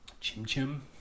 Chim-chim